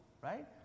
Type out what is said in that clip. right